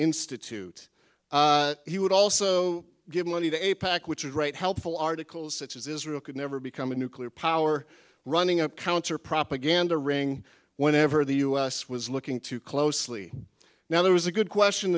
institute he would also give money to a pac which would write helpful articles that says israel could never become a nuclear power running a counter propaganda ring whenever the us was looking too closely now there was a good question